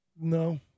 No